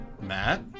Matt